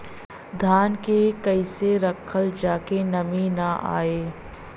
धान के कइसे रखल जाकि नमी न आए?